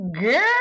Girl